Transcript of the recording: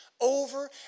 over